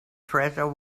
treasure